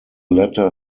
latter